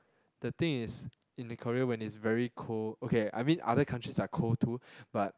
the thing is in the Korea when it's very cold okay I mean other countries are cold too but